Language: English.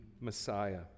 Messiah